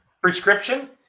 Prescription